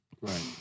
Right